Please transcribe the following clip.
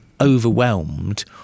overwhelmed